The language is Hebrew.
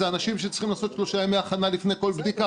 אלו אנשים שצריכים לעשות שלושה ימי הכנה לפני כל בדיקה.